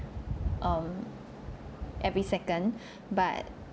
um every second but